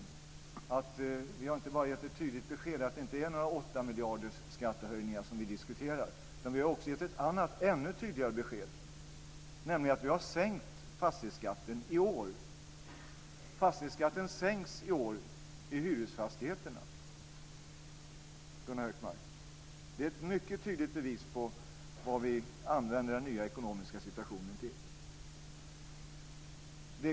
Låt mig då erinra honom om att vi inte bara har gett ett tydligt besked om att vi inte diskuterar några skattehöjningar på 8 miljarder, utan vi har också gett ett annat ännu tydligare besked, nämligen att vi har sänkt fastighetsskatten i år. Fastighetsskatten sänks i år för hyresfastigheterna, Gunnar Hökmark. Det är ett mycket tydligt bevis på hur vi utnyttjar den nya ekonomiska situationen.